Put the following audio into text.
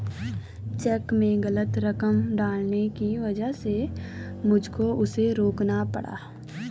check में गलत रकम डालने की वजह से मुझको उसे रोकना पड़ा